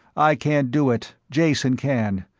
i can't do it, jason can.